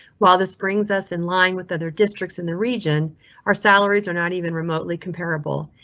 while this brings us in line with other districts in the region are salaries are not even remotely compareable.